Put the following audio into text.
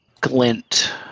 glint